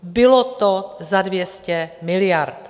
Bylo to za 200 miliard.